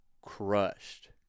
crushed